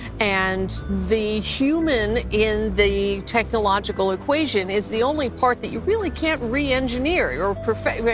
and the human in the technological equation is the only part that you really can't re-engineer or perfect.